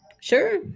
Sure